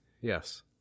Yes